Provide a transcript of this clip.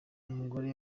umugore